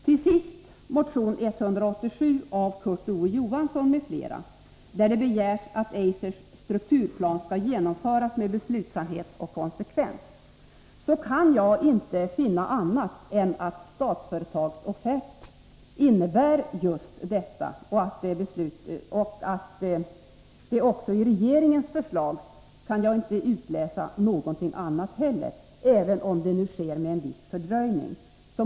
Till sist begärs i motion 187 av Kurt Ove Johansson m.fl. att Eisers strukturplan skall genomföras med beslutsamhet och konsekvens. Jag kan inte finna annat än att Statsföretags offert innebär just detta. Inte heller i regeringens förslag kan jag utläsa någonting annat, även om genomförandet sker med en viss fördröjning.